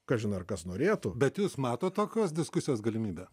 kažin ar kas norėtų bet jūs matot tokios diskusijos galimybę